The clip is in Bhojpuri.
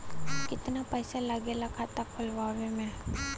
कितना पैसा लागेला खाता खोलवावे में?